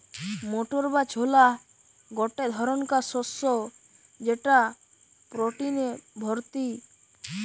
motor বা ছোলা গটে ধরণকার শস্য যেটা প্রটিনে ভর্তি